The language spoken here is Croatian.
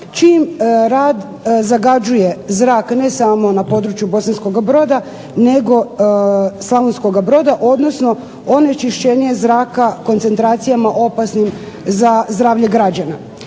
čiji rad zagađuje zrak, ne samo na području Bosanskoga broda, nego Slavonskoga Broda, odnosno onečišćenje zraka koncentracijama opasnim za zdravlje građana.